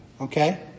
Okay